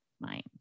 mind